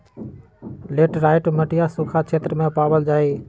laterite मटिया सूखा क्षेत्र में पावल जाहई